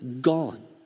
gone